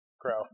crow